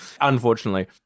Unfortunately